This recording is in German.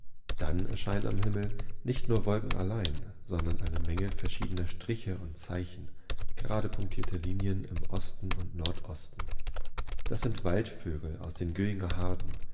dann erscheinen am himmel nicht nur wolken allein sondern eine menge verschiedener striche und zeichen gerade punktierte linien im osten und nordosten das sind waldvögel aus den